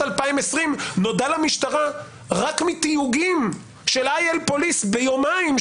2020 נודע למשטרה רק מתיוגים של IL_POLICE ביומיים,